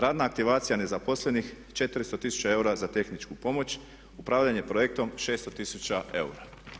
Radna aktivacija nezaposlenih 400 tisuća eura za tehničku pomoć, upravljanje projektom 600 tisuća eura.